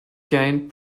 gained